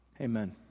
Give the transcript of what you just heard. Amen